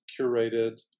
curated